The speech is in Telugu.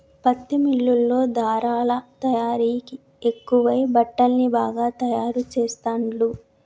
పత్తి మిల్లుల్లో ధారలా తయారీ ఎక్కువై బట్టల్ని బాగా తాయారు చెస్తాండ్లు